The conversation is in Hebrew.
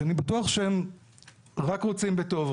שאני בטוח שהם רק רוצים בטוב,